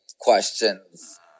questions